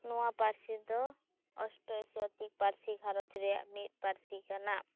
ᱱᱚᱣᱟ ᱯᱟᱹᱨᱥᱤ ᱫᱚ ᱚᱥᱴᱨᱳ ᱮᱥᱤᱭᱟᱴᱤᱠ ᱯᱟᱨᱥᱤ ᱜᱷᱟᱨᱚᱸᱡᱽ ᱨᱮᱭᱟᱜ ᱢᱤᱫ ᱯᱟᱹᱨᱥᱤ ᱠᱟᱱᱟ